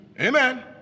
amen